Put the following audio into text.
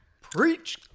Preach